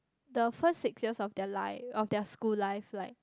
the first six years of their life of their school life like